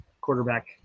quarterback